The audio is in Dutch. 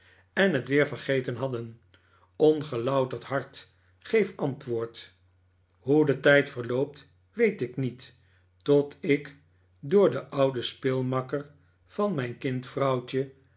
en het weer vergeten hadden ongelouterd hart geef antwoord hoe de tijd verloopt weet ik niet tot ik door den ouden speelmakker van mijn